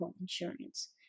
insurance